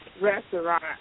restaurant